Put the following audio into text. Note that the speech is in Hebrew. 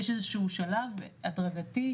יש איזשהו שלב הדרגתי,